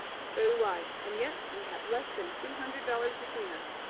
so do i, and yet we have less than two hundred dollars between us.